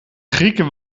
grieken